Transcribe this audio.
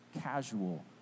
casual